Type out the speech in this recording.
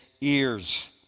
ears